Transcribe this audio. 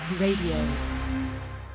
Radio